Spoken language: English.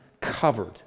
covered